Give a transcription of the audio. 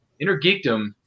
intergeekdom